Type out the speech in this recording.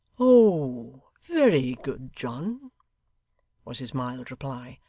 oh. very good, john was his mild reply.